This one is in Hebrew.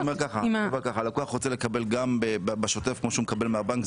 אם הלקוח רוצה גם בשוטף כמו הוא מקבל מהבנק,